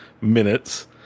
minutes